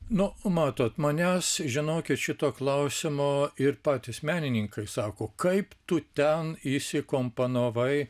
nu matote manęs žinokit šito klausimo ir patys menininkai sako kaip tu ten įsikomponavai